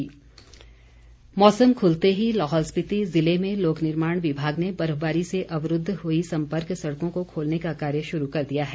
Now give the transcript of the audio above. मार्ग मौसम खुलते ही लाहौल स्पीति ज़िले में लोक निर्माण विभाग ने बर्फबारी से अवरूद्व हुई संपर्क सड़कों को खोलने का कार्य शुरू कर दिया है